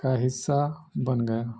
کا حصہ بن گیا